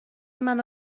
منو